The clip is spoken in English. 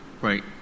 Right